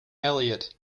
eliot